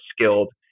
skilled